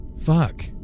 Fuck